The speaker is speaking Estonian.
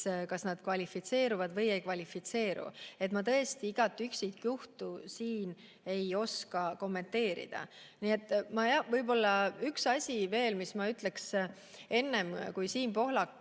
kas nad kvalifitseeruvad või ei kvalifitseeru. Ma tõesti igat üksikjuhtu siin ei oska kommenteerida. Võib-olla üks asi veel, mis ma ütleksin. Enne Siim Pohlak